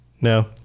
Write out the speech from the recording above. No